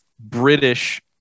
British